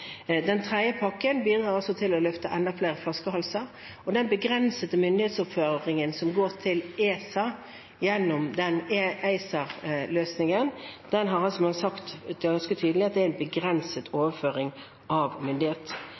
Den tredje pakken bidrar til å løfte enda flere flaskehalser, og den begrensede myndighetsoppføringen som går til ESA gjennom den ACER-løsningen, har man altså sagt ganske tydelig at er en begrenset overføring av myndighet.